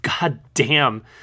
goddamn